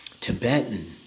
Tibetan